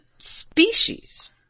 Species